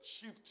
shift